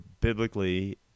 biblically